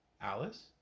Alice